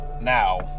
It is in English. now